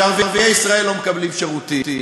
שערביי ישראל לא מקבלים שירותים,